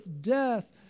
death